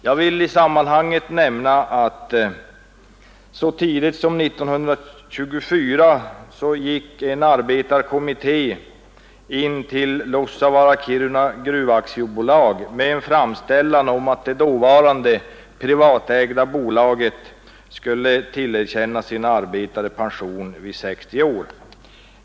Jag vill i sammanhanget nämna att så tidigt som 1924 gick en arbetarekommitté in till Luossavaara-Kiirunavaara AB med en framställan om att det dåvarande privatägda bolaget skulle tillerkänna sina arbetare pension vid 60 år.